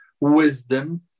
wisdom